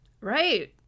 right